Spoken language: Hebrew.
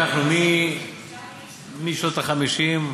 לקחנו משנות ה-50,